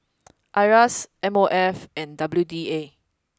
Iras M O F and W D A